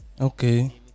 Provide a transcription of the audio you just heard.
Okay